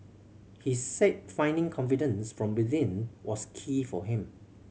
he said finding confidence from within was key for him